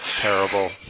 Terrible